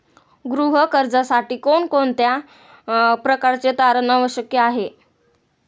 गृह कर्जासाठी कोणत्या प्रकारचे तारण आवश्यक आहे?